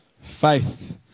Faith